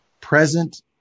present